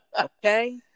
Okay